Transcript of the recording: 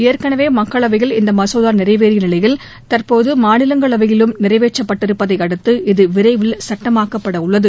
ஏற்கனவே மக்களவையில் இந்த மசோதா நிறைவேறிய நிலையில் தற்போது மாநிலங்களவையிலும் நிறைவேற்றப்பட்டிருப்பதை அடுத்து இது விரைவில் சட்டமாக்கப்படவுள்ளது